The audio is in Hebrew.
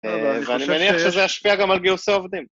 ואני מניח שזה ישפיע גם על גיוסי עובדים.